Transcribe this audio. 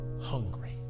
hungry